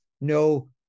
no